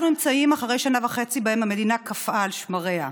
אנחנו נמצאים אחרי שנה וחצי שבהן המדינה קפאה על שמריה,